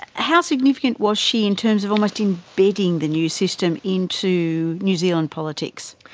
ah how significant was she in terms of almost embedding the new system into new zealand politics?